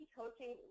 coaching